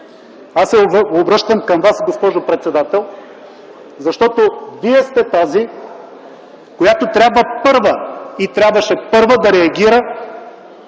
Аз се обръщам към Вас, госпожо председател, защото Вие сте тази, която трябва първа, трябваше първа да реагира